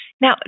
Now